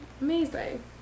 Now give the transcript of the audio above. Amazing